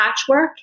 patchwork